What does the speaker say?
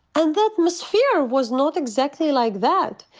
and the atmosphere was not exactly like that.